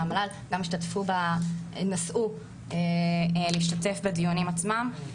וגם נסעו להשתתף בדיונים עצמם.